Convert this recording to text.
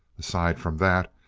aside from that,